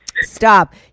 Stop